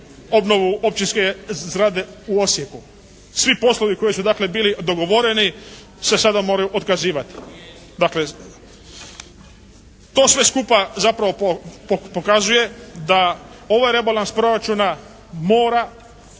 obnovu općinske zgrade u Osijeku. Svi poslovi koji su dakle bili dogovoreni se sada moraju otkazivati. Dakle to sve skupa zapravo pokazuje da ovaj rebalans proračuna mora